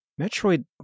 Metroid